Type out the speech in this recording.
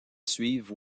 suivent